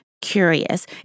curious